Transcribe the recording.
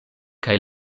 kaj